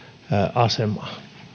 asemaa